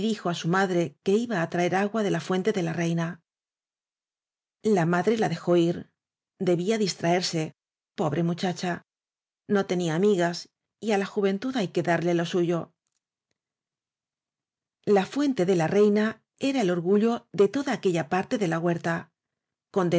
á madre su que iba á traer agua de la fuente de la reina distraerse la madre la dejó ir debía pobre muchacha no tenía amigas y á la juventud hay que darle lo suyo la fuente de la reina era el orsaillo de toda aquella parte de la huerta